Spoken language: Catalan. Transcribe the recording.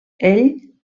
ell